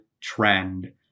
trend